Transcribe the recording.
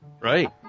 Right